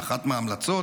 אחת מההמלצות,